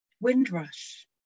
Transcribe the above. Windrush